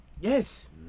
Yes